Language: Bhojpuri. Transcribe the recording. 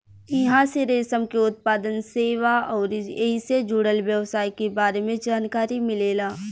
इहां से रेशम के उत्पादन, सेवा अउरी ऐइसे जुड़ल व्यवसाय के बारे में जानकारी मिलेला